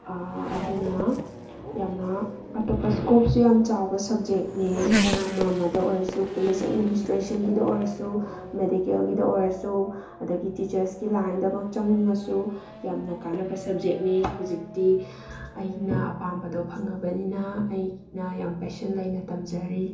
ꯑꯗꯨꯅ ꯌꯥꯝꯅ ꯑꯇꯣꯞꯄ ꯁ꯭ꯀꯣꯞꯁꯨ ꯌꯥꯝ ꯆꯥꯎꯕ ꯁꯕꯖꯦꯛꯅꯤ ꯑꯃꯃꯗ ꯑꯣꯏꯔꯁꯨ ꯄꯨꯂꯤꯁ ꯑꯦꯗꯃꯤꯅꯤꯁꯇ꯭ꯔꯦꯁꯟꯒꯤꯗ ꯑꯣꯏꯔꯁꯨ ꯃꯦꯗꯤꯀꯦꯜꯒꯤꯗ ꯑꯣꯏꯔꯁꯨ ꯑꯗꯒꯤ ꯇꯤꯆꯔꯁꯀꯤ ꯂꯥꯏꯟꯗꯃꯛ ꯆꯪꯅꯤꯡꯉꯁꯨ ꯌꯥꯝꯅ ꯀꯥꯟꯅꯕ ꯁꯕꯖꯦꯛꯅꯦ ꯍꯧꯖꯤꯛꯇꯤ ꯑꯩꯅ ꯑꯄꯥꯝꯕꯗꯣ ꯐꯪꯉꯕꯅꯤꯅ ꯑꯩꯅ ꯌꯥꯝ ꯄꯦꯁꯟ ꯂꯩꯅ ꯇꯝꯖꯔꯤ